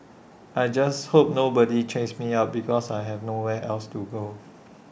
I just hope nobody chases me out because I have nowhere else to go